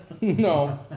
No